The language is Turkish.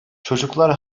çocuklar